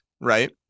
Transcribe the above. right